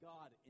God